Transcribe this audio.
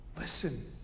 Listen